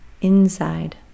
inside